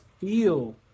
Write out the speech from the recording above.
feel